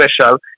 special